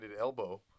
elbow